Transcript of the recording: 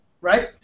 right